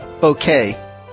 bouquet